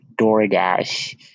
DoorDash